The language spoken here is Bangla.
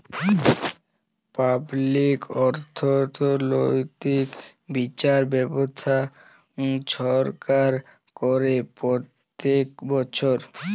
পাবলিক অথ্থলৈতিক বিচার ব্যবস্থা ছরকার ক্যরে প্যত্তেক বচ্ছর